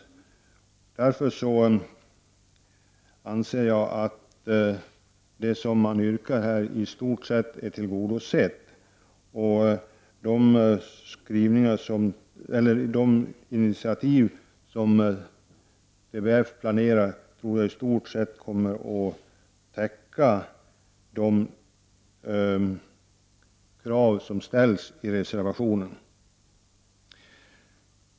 Därför anser jag att yrkandet i stort sett tillgodoses. De initiativ som TFB planerar kommer i stort sett att täcka de krav som ställs i reservationen.